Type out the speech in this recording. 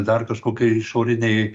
dar kažkokie išoriniai